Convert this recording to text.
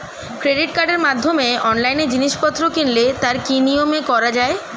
Credit কার্ডের মাধ্যমে অনলাইনে জিনিসপত্র কিনলে তার কি নিয়মে করা যায়?